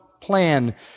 plan